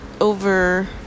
over